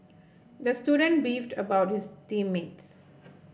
the student beefed about his team mates